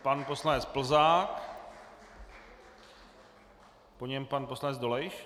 Pan poslanec Plzák, po něm pan poslanec Dolejš.